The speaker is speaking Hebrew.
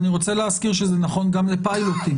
אני רוצה להזכיר שזה נכון גם לפיילוטים.